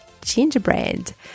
gingerbread